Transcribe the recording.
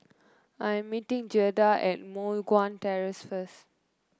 I'm meeting Gerda at Moh Guan Terrace first